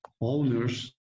owners